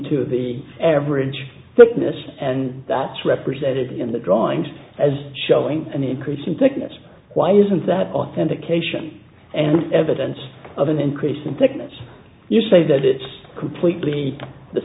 to the average witness and that's represented in the drawings as showing an increase in thickness why isn't that authentication and evidence of an increase in thickness you say that it's completely the